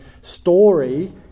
story